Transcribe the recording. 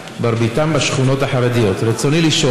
וראינו את העם כולו רוצה לא לזרוק את האוכל הזה ורוצה לתת